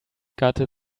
gutted